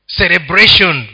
celebration